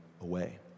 away